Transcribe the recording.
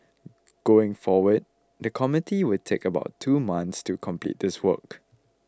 going forward the committee will take about two months to complete this work